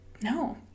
No